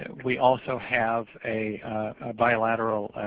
and we also have a bilateral